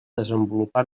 desenvolupar